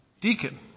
Deacon